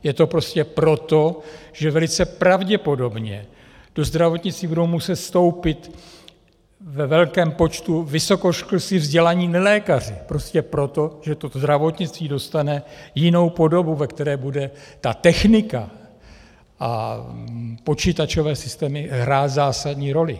Je to prostě proto, že velice pravděpodobně do zdravotnictví budou muset vstoupit ve velkém počtu vysokoškolsky vzdělaní nelékaři, prostě proto, že to zdravotnictví dostane jinou podobu, ve které bude technika a počítačové systémy hrát zásadní roli.